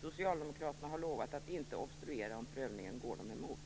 Socialdemokraterna har lovat att inte obstruera om prövningen går dem emot.